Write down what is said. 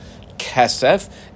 kesef